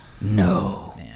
no